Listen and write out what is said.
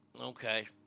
Okay